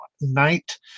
night